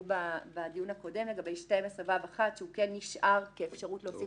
בדיון הקודם לגבי 12(ו)(1) שנשאר כאפשרות להוסיף